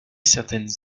certaines